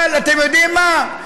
אבל אתם יודעים מה?